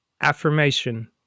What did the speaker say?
Affirmation